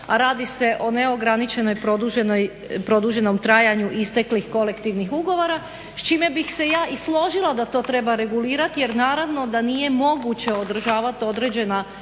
a radi se o neograničenom produženom trajanju isteklih kolektivnih ugovora s čime bih se ja i složila da to treba regulirati jer naravno da nije moguće održavati određena